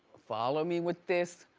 follow me with this,